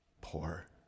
poor